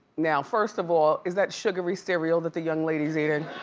now first of all, is that sugary cereal that the young lady is eating?